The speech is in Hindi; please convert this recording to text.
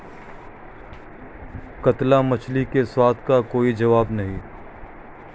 कतला मछली के स्वाद का कोई जवाब नहीं